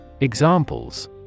Examples